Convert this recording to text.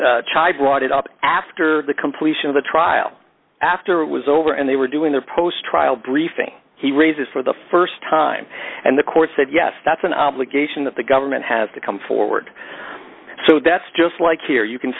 the child brought it up after the completion of the trial after it was over and they were doing their post trial briefing he raises for the st time and the court said yes that's an obligation that the government has to come forward so that's just like here you can